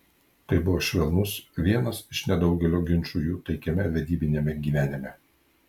tai buvo švelnus vienas iš nedaugelio ginčų jų taikiame vedybiniame gyvenime